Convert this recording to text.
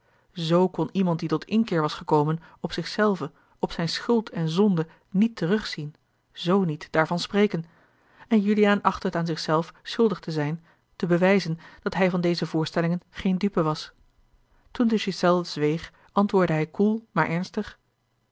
zoo kon iemand die tot inkeer was gekomen op zich zelven op zijne schuld en zonde niet terugzien z niet daarvan spreken en juliaan achtte het aan zich zelf schuldig te zijn te bewijzen dat hij van deze voorstellingen geen dupe was toen de ghiselles zweeg antwoordde hij koel maar ernstig